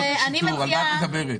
על מה את מדברת?